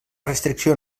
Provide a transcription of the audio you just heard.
restricció